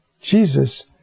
Jesus